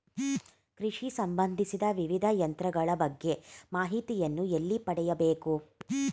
ಕೃಷಿ ಸಂಬಂದಿಸಿದ ವಿವಿಧ ಯಂತ್ರಗಳ ಬಗ್ಗೆ ಮಾಹಿತಿಯನ್ನು ಎಲ್ಲಿ ಪಡೆಯಬೇಕು?